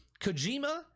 kojima